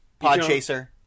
Podchaser